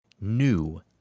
New